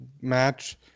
match